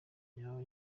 yaba